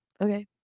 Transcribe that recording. Okay